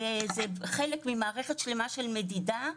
זה חלק ממערכת שלמה של מדידה,